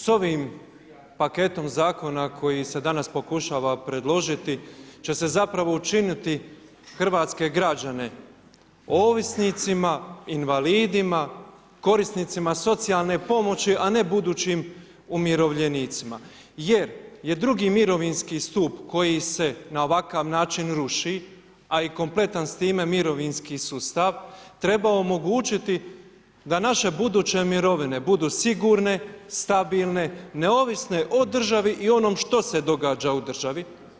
S ovim paketom zakona koji se danas pokušava predložiti će se zapravo učiniti hrvatske građane ovisnicima, invalidima, korisnicima socijalne pomoći a ne budućim umirovljenicima jer je II. mirovinski stup koji se na ovakav način ruši a i kompletan s time mirovinski sustav, treba omogućiti da naše buduće mirovine budu sigurne, stabilne, neovisne o državi i ono što se događa u državi.